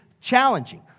challenging